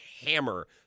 hammer